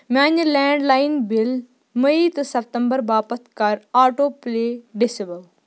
میٛانہِ landline bill مٔے تہٕ سَپتَمبر باپَتھ کَر آٹو پٕلے ڈِسیبٕل